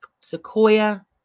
sequoia